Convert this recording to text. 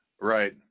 Right